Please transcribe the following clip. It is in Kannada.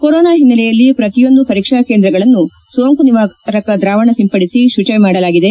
ಕೊರೊನಾ ಹಿನ್ನೆಲೆಯಲ್ಲಿ ಪ್ರತಿಯೊಂದು ಪರೀಕ್ಷಾ ಕೇಂದ್ರಗಳನ್ನು ಸೋಂಕು ನಿವಾರಕ ದ್ರಾವಣ ಸಿಂಪಡಿಸಿ ಶುಚಿ ಮಾಡಲಾಗಿದೆ